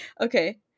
okay